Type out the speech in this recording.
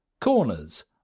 Corners